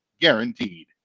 guaranteed